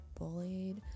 bullied